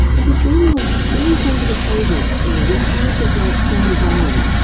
and his dream world spills on to the pages too, with characters like sam vimes,